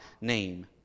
name